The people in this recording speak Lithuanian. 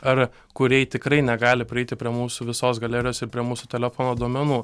ar kurėjai tikrai negali prieiti prie mūsų visos galerijos ir prie mūsų telefono duomenų